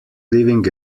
living